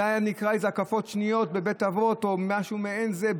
זה היה נקרא איזה הקפות שניות בבית אבות או משהו מעין זה,